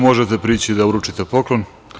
Možete prići da uručite poklon.